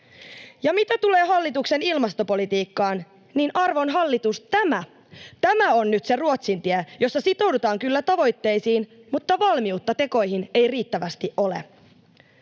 Ja mitä tulee hallituksen ilmastopolitiikkaan, arvon hallitus, tämä on nyt se Ruotsin tie, jossa sitoudutaan kyllä tavoitteisiin mutta valmiutta tekoihin ei riittävästi ole.